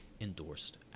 endorsed